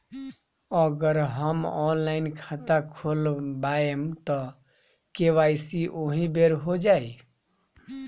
अगर हम ऑनलाइन खाता खोलबायेम त के.वाइ.सी ओहि बेर हो जाई